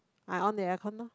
I on the aircon lor